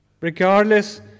Regardless